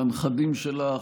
לנכדים שלך,